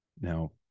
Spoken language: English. Now